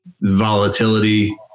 volatility